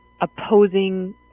opposing